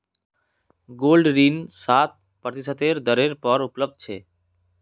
gold ऋण सात प्रतिशतेर दरेर पर उपलब्ध छ